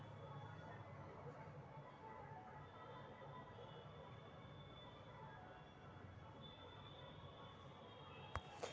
समाज के सुरक्षा के कर कम और योगदान ज्यादा कहा जा सका हई